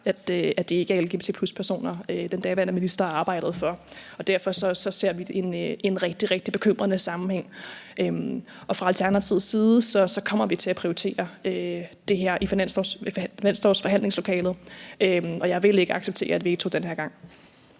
at det ikke var lgbt+-personer, den daværende minister arbejdede for. Derfor ser vi en rigtig, rigtig bekymrende sammenhæng. Fra Alternativets side kommer vi til at prioritere det her i finanslovsforhandlingslokalet, og jeg vil ikke acceptere et veto den her gang.